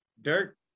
Dirk